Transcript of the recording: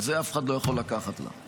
את זה אף אחד לא יכול לקחת לך.